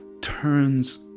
turns